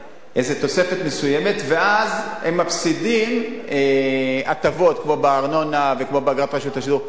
ואז הם מפסידים הטבות בארנונה ובאגרת רשות השידור,